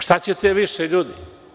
Šta ćete više ljudi?